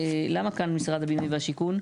למה כאן משרד הבינוי והשיכון?